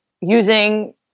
using